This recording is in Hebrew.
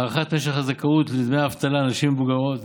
הארכת משך הזכאות לדמי אבטלה לנשים מבוגרות,